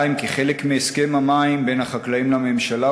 כחלק מהסכם המים בין החקלאים לממשלה